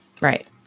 Right